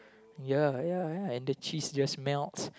ya ya ya and the cheese just melts